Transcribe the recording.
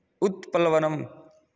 उत्प्लवनम्